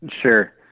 Sure